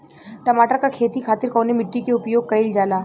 टमाटर क खेती खातिर कवने मिट्टी के उपयोग कइलजाला?